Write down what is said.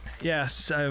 Yes